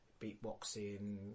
beatboxing